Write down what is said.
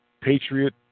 patriot